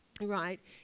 right